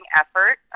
effort